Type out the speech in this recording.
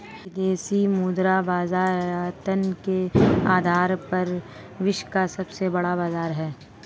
विदेशी मुद्रा बाजार आयतन के आधार पर विश्व का सबसे बड़ा बाज़ार है